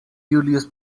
julius